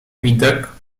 widok